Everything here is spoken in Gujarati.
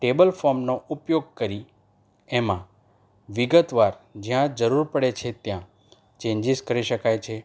ટેબલ ફોર્મનો ઉપયોગ કરી એમાં વિગતવાર જ્યાં જરૂર પડે છે ત્યાં ચેન્જીસ કરી શકાય છે